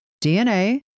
DNA